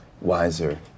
wiser